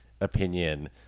opinion